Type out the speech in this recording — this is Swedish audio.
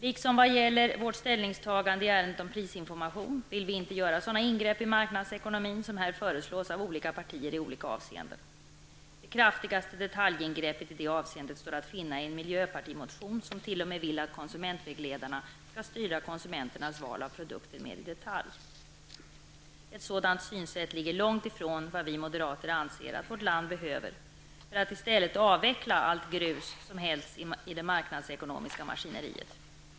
Liksom vad gäller vårt ställningstagande i ärendet om prisinformation vill vi inte göra sådana ingrepp i marknadsekonomin som här föreslås av olika partier i olika avseenden. Det kraftigaste detaljingreppet står att finna i en miljöpartimotion, där man t.o.m. vill att konsumentvägledarna skall styra konsumenternas val av produkter mer i detalj. Ett sådant synsätt ligger långt ifrån vad vi moderater anser att vårt land behöver för att avveckla allt grus som hällts i det marknadsekonomiska maskineriet.